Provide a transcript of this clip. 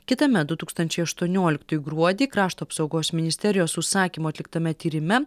kitame du tūkstančiai aštuonioliktųjų gruodį krašto apsaugos ministerijos užsakymu atliktame tyrime